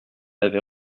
avait